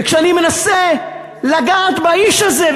וכשאני מנסה לגעת באיש הזה,